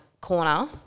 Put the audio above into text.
corner